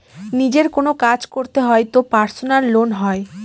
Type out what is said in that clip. নিজের কোনো কাজ করতে হয় তো পার্সোনাল লোন হয়